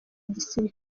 gisirikare